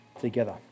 together